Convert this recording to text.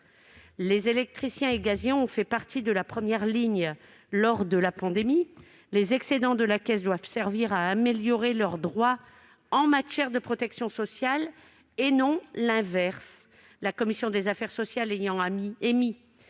Les électriciens et gaziers font partie des salariés qui étaient en première ligne lors de la pandémie. Les excédents de la caisse doivent servir à améliorer leurs droits en matière de protection sociale. La commission des affaires sociales ayant émis